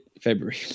February